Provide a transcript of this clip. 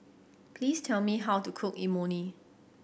please tell me how to cook Imoni